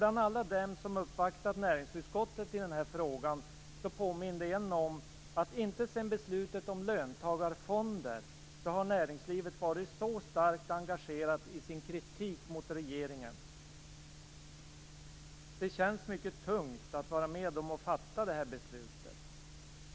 Bland alla dem som uppvaktat näringsutskottet i denna fråga, påminde en om att inte sedan beslutet om löntagarfonder har näringslivet varit så starkt engagerat i sin kritik mot regeringen. Det känns mycket tungt att vara med om att fatta detta beslut.